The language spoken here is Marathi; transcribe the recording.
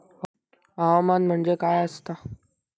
हवामान म्हणजे काय असता?